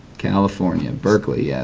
california, berkley, yeah